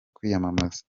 kwiyamamaza